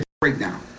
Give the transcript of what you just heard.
breakdown